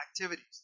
activities